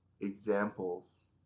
examples